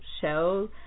show